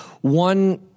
one